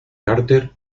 carter